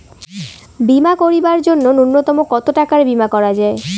বীমা করিবার জন্য নূন্যতম কতো টাকার বীমা করা যায়?